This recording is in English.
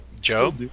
Joe